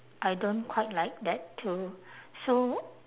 I don't quite like that too so